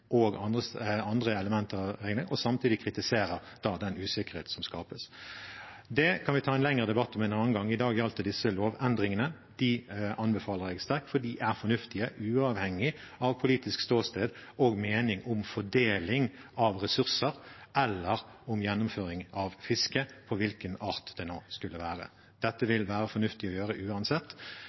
og andre elementer, og samtidig kritiserer den usikkerheten som skapes. Det kan vi ta en lengre debatt om en annen gang. I dag gjaldt det disse lovendringene. Dem anbefaler jeg sterkt, for de er fornuftige, uavhengig av politisk ståsted og mening om fordeling av ressurser eller om gjennomføringen av fiske på hvilken art det nå skulle være. Dette vil være fornuftig å gjøre uansett.